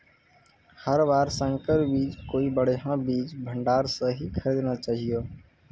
हर बार संकर बीज कोई बढ़िया बीज भंडार स हीं खरीदना चाहियो